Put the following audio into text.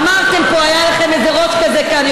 אמרתם פה היה לכם איזה ראש כזה כאן,